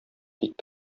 тик